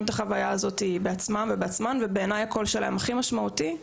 את החוויה הזו בעצמם ובעצמן והקול שלהם הכי משמעותי.